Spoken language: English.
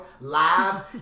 live